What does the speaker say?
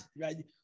right